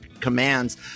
commands